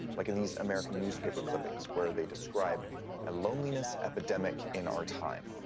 like in these american newspaper clippings where they describe a loneliness epidemic in our time.